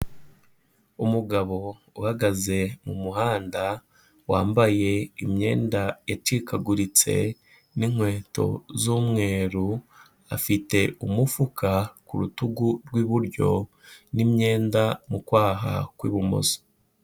Umugabo uhagaze mu muhanda wambaye imyenda yacikaguritse n'inkweto z'umweru, afite umufuka ku rutugu rw'iburyo n'imyenda mu kwaha kw'ibumoso.